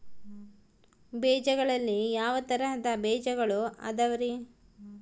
ಬೇಜಗಳಲ್ಲಿ ಯಾವ ತರಹದ ಬೇಜಗಳು ಅದವರಿ?